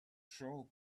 troll